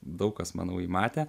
daug kas manau jį matė